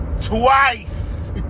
Twice